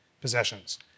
possessions